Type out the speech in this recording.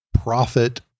profit